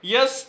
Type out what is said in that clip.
Yes